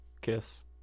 Kiss